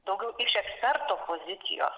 daugiau iš eksperto pozicijos